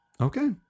Okay